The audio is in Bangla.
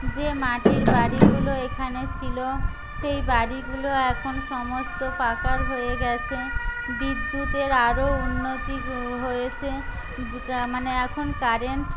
যে মাটির বাড়িগুলো এখানে ছিলো সেই বাড়িগুলো এখন সমস্ত পাকার হয়ে গেছে বিদ্যুতের আরো উন্নতি হয়েছে মানে এখন কারেন্ট